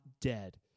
dead